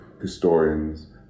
historians